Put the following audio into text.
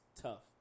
Tough